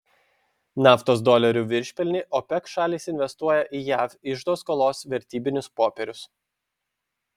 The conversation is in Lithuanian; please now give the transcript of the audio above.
naftos dolerių viršpelnį opec šalys investuoja į jav iždo skolos vertybinius popierius